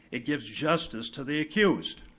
it gives justice to the accused.